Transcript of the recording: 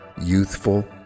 youthful